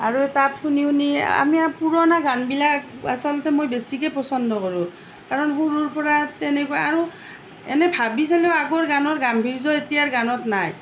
আৰু তাত শুনি শুনি আমি পুৰণা গানবিলাক আচলতে মই বেছিকৈ পচন্দ কৰোঁ কাৰণ সৰুৰ পৰা তেনেকুৱা আৰু এনেই ভাবি চালেও আগৰ গানৰ গাম্ভীৰ্য এতিয়াৰ গানত নাই